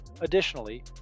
Additionally